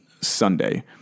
Sunday